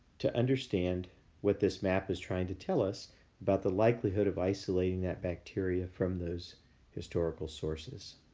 to understand what this map is trying to tell us about the likelihood of isolating that bacteria from those historical sources.